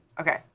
Okay